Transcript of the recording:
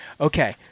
Okay